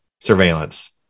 surveillance